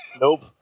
Nope